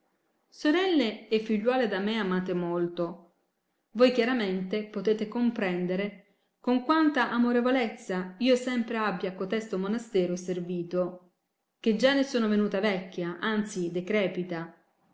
sorelle e figliuole da me amate molto voi chiaramente potete comprendere con quanta amorevolezza io sempre abbia a cotesto monastero servito che già ne sono venuta vecchia anzi decrepita